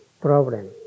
problem